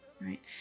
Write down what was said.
right